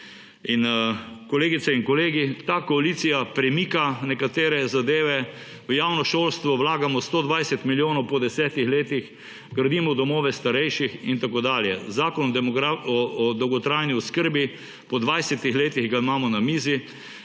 Kolegice in kolegi, ta koalicija premika nekatere zadeve. V javno šolstvo vlagamo 120 milijonov po 10 letih, gradimo domove starejših in tako dalje. Zakon o dolgotrajni oskrbi − po 20 letih ga imamo na mizi.